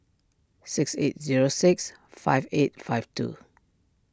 six eight zero six five eight five two